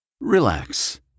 Relax